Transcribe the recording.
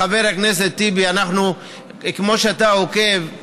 חבר הכנסת טיבי, כמו שאתה עוקב,